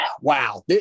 Wow